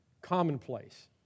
commonplace